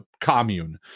commune